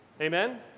Amen